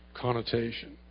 connotation